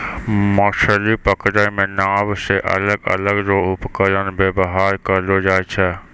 मछली पकड़ै मे नांव से अलग अलग रो उपकरण वेवहार करलो जाय छै